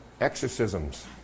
exorcisms